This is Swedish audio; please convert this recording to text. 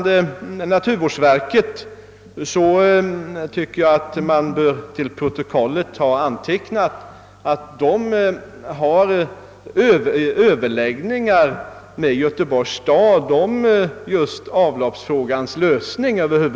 Naturvårdsverket har — vilket jag tycker bör finnas med i protokollet — överläggningar med Göteborgs stad om avloppsfrågans lösning.